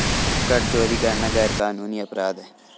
कर चोरी करना गैरकानूनी अपराध है